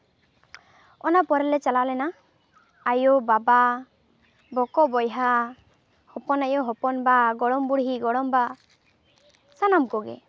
ᱚᱱᱟ ᱯᱚᱨᱞᱮ ᱪᱟᱞᱟᱣ ᱞᱮᱱᱟ ᱟᱭᱳᱼᱵᱟᱵᱟ ᱵᱚᱠᱚ ᱵᱚᱭᱦᱟ ᱦᱚᱯᱚᱱ ᱟᱭᱚ ᱦᱚᱯᱚᱱ ᱵᱟ ᱜᱚᱲᱚᱢ ᱵᱩᱲᱦᱤ ᱜᱚᱲᱚᱢ ᱵᱟ ᱥᱟᱱᱟᱢ ᱠᱚᱜᱮ